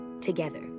together